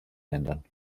ländern